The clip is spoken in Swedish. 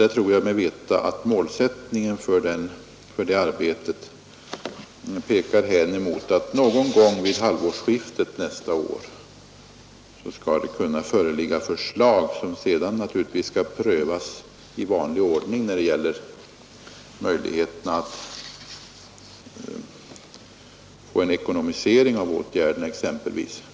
Jag tror mig veta att målsättningen för det arbetet pekar hän mot att någon gång vid halvårsskiftet nästa år skall det kunna föreligga förslag som sedan naturligtvis skall prövas i vanlig ordning när det gäller exempelvis den ekonomiska sidan av åtgärderna.